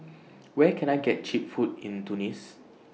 Where Can I get Cheap Food in Tunis